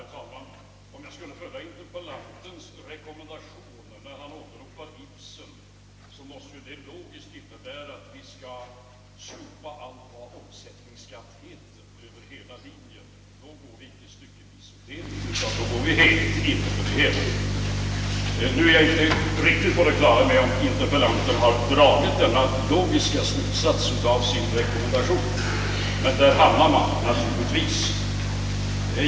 Herr talman! Om jag skulle följa interpellantens rekommendation när han åberopar Ibsen, så måste ju det logiskt innebära att vi skall slopa allt vad omsättningsskatt heter över hela linjen. Då går vi inte fram »styckevis och delt», utan då går vi in helt för saken. Jag är inte riktigt på det klara med om interpellanten har dragit denna logiska slutsats av sin rekommendation, men där hamnar vi naturligtvis.